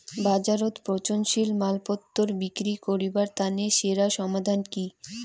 বাজারত পচনশীল মালপত্তর বিক্রি করিবার তানে সেরা সমাধান কি?